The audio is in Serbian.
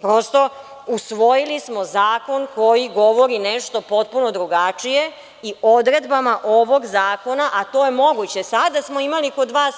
Prosto, usvojili smo zakon koji govori nešto potpuno drugačije i odredbama ovog zakona, a to je moguće, sada smo imali kod vas